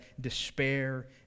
despair